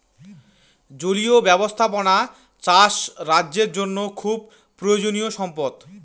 জলীয় ব্যাবস্থাপনা চাষ রাজ্যের জন্য খুব প্রয়োজনীয়ো সম্পদ